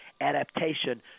adaptation